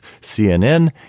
CNN